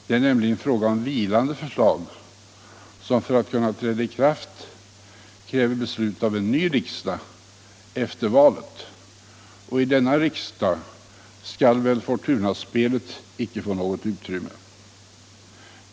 Det är nämligen fråga om vilande förslag, som för att kunna träda i kraft kräver beslut av en ny riksdag efter valet. I denna riksdag skall väl Fortunaspelet icke få något utrymme.